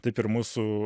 taip ir mūsų